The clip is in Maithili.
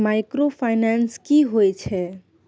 माइक्रोफाइनान्स की होय छै?